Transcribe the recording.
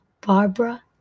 Barbara